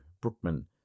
Brookman